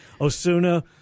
Osuna